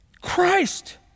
Christ